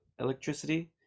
electricity